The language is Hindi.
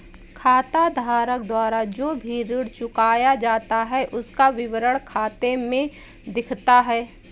खाताधारक द्वारा जो भी ऋण चुकाया जाता है उसका विवरण खाते में दिखता है